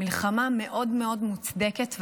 מלחמה מאוד מאוד מוצדקת,